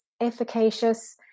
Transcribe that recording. efficacious